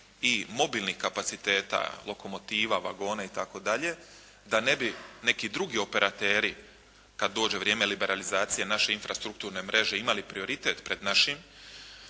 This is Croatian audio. i mobilnih kapaciteta, lokomotiva, vagona itd. da ne bi neki drugi operateri kada dođe vrijeme liberalizacije naše infrastrukturne mreže imali prioritet pred našim